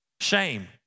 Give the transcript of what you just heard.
Shame